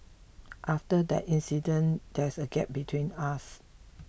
after that incident there's a gap between us